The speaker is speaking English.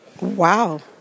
Wow